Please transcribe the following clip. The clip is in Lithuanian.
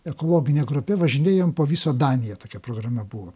ekologine grupe važinėjom po visą daniją tokia programa buvo